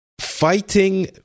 fighting